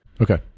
Okay